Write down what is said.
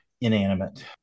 inanimate